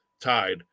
tied